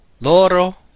Loro